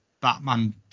Batman